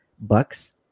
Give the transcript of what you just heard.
Bucks